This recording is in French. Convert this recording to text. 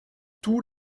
tous